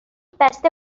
بسته